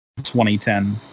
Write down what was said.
2010